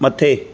मथे